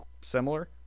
similar